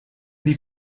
die